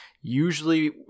Usually